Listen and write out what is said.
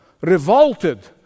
revolted